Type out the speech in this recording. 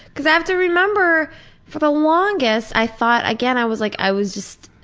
because i have to remember for the longest i thought, again i was like i was just,